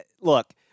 Look –